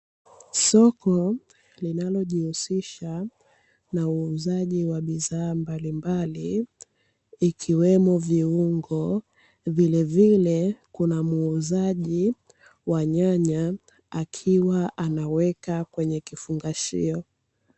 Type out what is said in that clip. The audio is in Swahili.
Soko linalojihusisha na uuzaji wa bidhaa mbalimbali ikiwemo viungo, vile vile kuna muuzaji wa nyanya akiwa anaweka kwenye kifungashio.